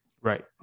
right